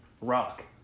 Rock